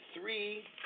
three